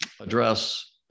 address